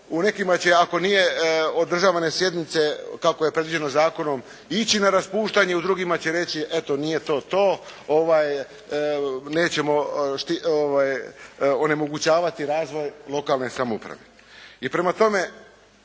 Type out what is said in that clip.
U nekima će, ako nije održavane sjednice kako je predviđeno zakonom ići na raspuštanje, u drugima će reći, eto nije to to, nećemo onemogućavati razvoj lokalne samouprave. I prema tome